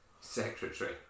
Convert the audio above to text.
Secretary